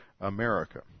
America